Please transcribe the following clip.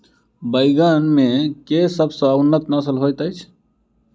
बैंगन मे केँ सबसँ उन्नत नस्ल होइत अछि?